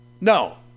No